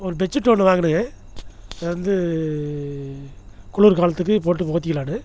ஒரு பெட்சீட் ஒன்று வாங்குனேங்க அது வந்து குளிர் காலத்துக்கு போட்டு போத்திக்கலாம்னு